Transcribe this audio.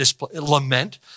lament